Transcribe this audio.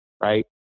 Right